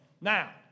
Now